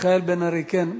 מיכאל בן-ארי, כן.